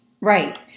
Right